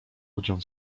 ludziom